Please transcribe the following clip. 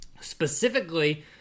specifically